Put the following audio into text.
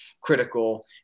critical